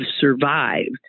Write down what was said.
survived